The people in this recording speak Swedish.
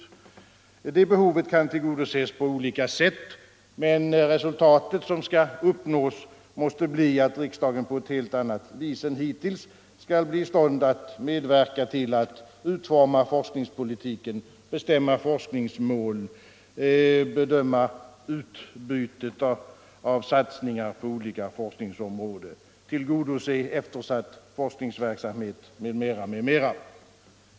Det behovet kan tillgodoses på olika sätt, men resultaten som skall uppnås måste bli att riksdagen på ett helt annat vis än hittills skall bli i stånd att medverka till att utforma forskningspolitiken, bestämma forskningsmål, bedöma utbytet av satsningar på olika forskningsområden, tillgodose eftersatt forskningsverksamhet m.m.